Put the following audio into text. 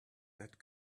that